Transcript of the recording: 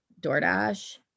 DoorDash